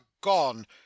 gone